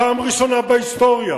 פעם ראשונה בהיסטוריה.